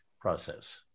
process